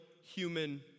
human